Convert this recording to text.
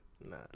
Nah